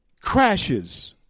crashes